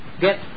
get